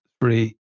three